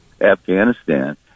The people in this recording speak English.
Afghanistan